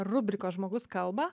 rubrikos žmogus kalba